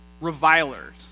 revilers